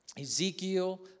Ezekiel